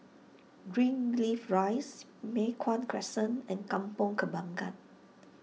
Greenleaf Rise Mei Hwan Crescent and Kampong Kembangan